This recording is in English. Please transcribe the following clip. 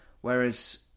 Whereas